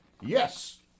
Yes